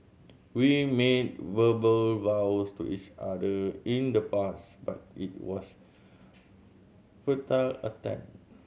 we made verbal vows to each other in the past but it was futile attempt